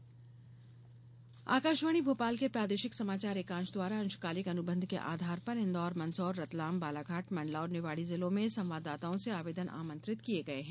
अंशकालिक संवाददाता आकाशवाणी भोपाल के प्रादेशिक समाचार एकांश द्वारा अंशकालिक अनुबंध के आधार पर इन्दौर मंदसौर रतलाम बालाघाट मंडला और निवाड़ी जिलों में संवाददाताओं से आवेदन आमंत्रित किये गये हैं